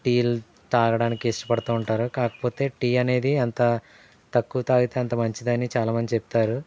టీలు తాగడానికి ఇష్టపడుతూ ఉంటారు కాకపోతే టీ అనేది అంత తక్కువ తాగితే అంత మంచిదని చాలా మంది చెప్తారు